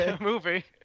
movie